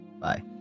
Bye